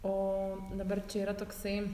o dabar čia yra toksai